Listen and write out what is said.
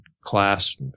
class